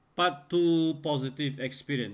part two positive experience